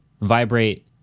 vibrate